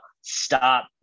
Stop